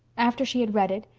after she had read it,